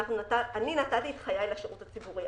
אני נתתי את חיי לשירות הציבורי,